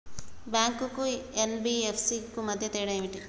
Bank కు NBFC కు మధ్య తేడా ఏమిటి?